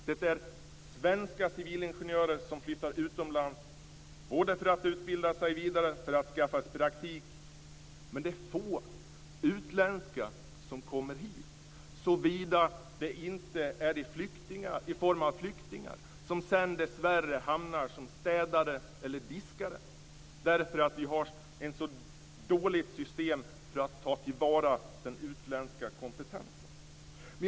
Det är svenska civilingenjörer som flyttar utomlands, både för att utbilda sig vidare och för att skaffa sig praktik, men det är få utländska civilingenjörer som kommer hit, såvida det inte gäller flyktingar som sedan dessvärre hamnar som städare eller diskare därför att vi har ett så dåligt system för att ta till vara den utländska kompetensen.